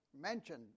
mentioned